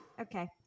Okay